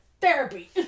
Therapy